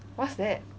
what's that